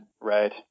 Right